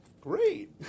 great